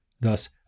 Thus